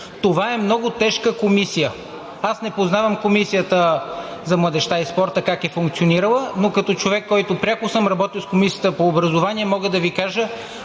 Това е много тежка комисия. Аз не познавам Комисията за младежта и спорта как е функционирала, но като човек, който съм работил пряко с Комисията по образованието, мога да Ви кажа